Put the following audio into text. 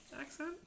accent